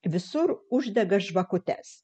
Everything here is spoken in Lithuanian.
visur uždega žvakutes